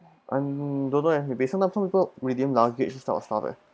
I don't know eh maybe sometimes some people redeem luggage sort of stuff eh